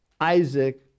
Isaac